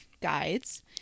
guides